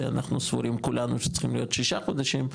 שאנחנו סבורים כולנו שצריכים להיות שישה חודשים,